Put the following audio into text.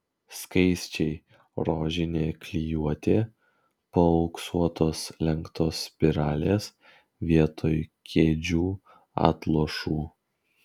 skaisčiai rožinė klijuotė paauksuotos lenktos spiralės vietoj kėdžių atlošų